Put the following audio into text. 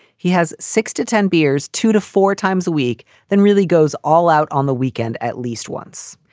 he has six to ten beers, two to four times a week, then really goes all out on the weekend at least once.